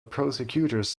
prosecutors